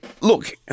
look